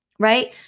right